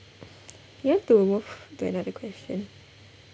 you want to move to another question